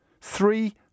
Three